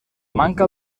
manca